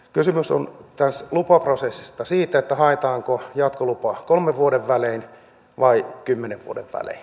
kysymys on tässä lupaprosessissa siitä haetaanko jatkolupa kolmen vuoden välein vai kymmenen vuoden välein